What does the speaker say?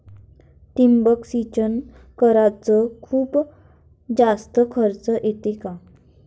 ठिबक सिंचन कराच खूप जास्त खर्च येतो का?